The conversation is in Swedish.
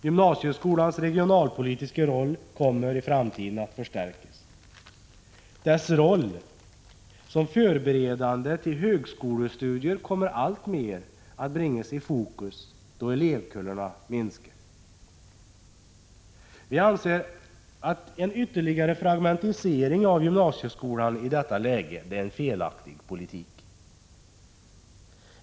Gymnasieskolans regionalpolitiska roll kommer i framtiden att förstärkas. Dess funktion att förbereda för högskolestudier kommer alltmer att bringas i fokus då elevkullarna minskar. Vi anser att en ytterligare fragmentisering av gymnasieskolan i detta läge är en felaktig politik.